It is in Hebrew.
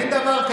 אין דבר כזה.